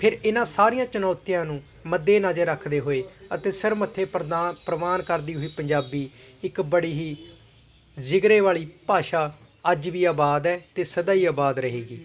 ਫਿਰ ਇਹਨਾਂ ਸਾਰੀਆਂ ਚੁਣੌਤੀਆਂ ਨੂੰ ਮੱਦੇਨਜ਼ਰ ਰੱਖਦੇ ਹੋਏ ਅਤੇ ਸਿਰ ਮੱਥੇ ਪ੍ਰਵਾਨ ਕਰਦੀ ਹੋਈ ਪੰਜਾਬੀ ਇੱਕ ਬੜੀ ਹੀ ਜਿਗਰੇ ਵਾਲੀ ਭਾਸ਼ਾ ਅੱਜ ਵੀ ਆਬਾਦ ਹੈ ਅਤੇ ਸਦਾ ਹੀ ਆਬਾਦ ਰਹੇਗੀ